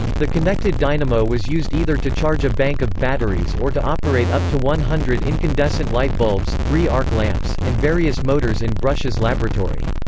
the connected dynamo was used either to charge a bank of batteries or to operate up to one hundred incandescent light bulbs, three arc lamps, and various motors in brush's laboratory.